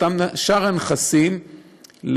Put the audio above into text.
בשאר הנכסים,